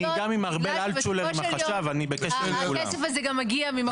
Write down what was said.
אני עם אלטשולר, עם החשב, אני גם בקשר עם כולם.